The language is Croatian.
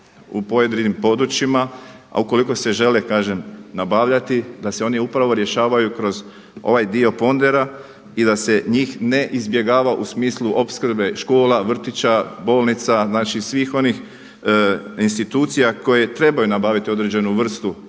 u pojedinim područjima, a ukoliko se žele kažem nabavljati da se oni upravo rješavaju kroz ovaj dio pondera i da se njih ne izbjegava u smislu opskrbe škola, vrtića, bolnica, znači svih onih institucija koje trebaju nabaviti određenu vrstu